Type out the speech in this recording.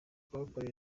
kuhakorera